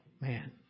man